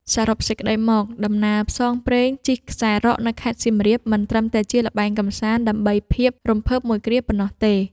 សរុបសេចក្ដីមក ដំណើរផ្សងព្រេងជិះខ្សែរ៉កនៅខេត្តសៀមរាប មិនត្រឹមតែជាល្បែងកម្សាន្តដើម្បីភាពរំភើបមួយគ្រាប៉ុណ្ណោះទេ។